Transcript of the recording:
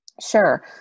Sure